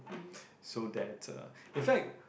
so that uh in fact